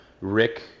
Rick